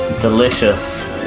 delicious